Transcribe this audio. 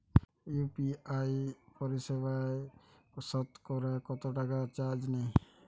UPI পরিসেবায় সতকরা কতটাকা চার্জ নেয়?